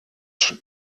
schon